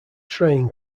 train